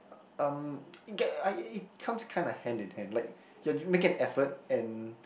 um it get I it comes kind of hand in hand like you're making an effort and